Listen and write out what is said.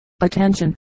attention